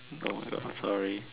oh my god I'm sorry